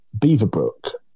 Beaverbrook